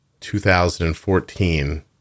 2014